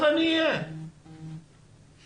אז אני אהיה בוועדה אחת.